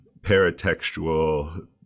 paratextual